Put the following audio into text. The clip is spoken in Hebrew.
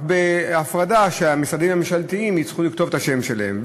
רק בהפרדה שהמשרדים הממשלתיים יצטרכו לכתוב את השם שלהם.